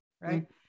right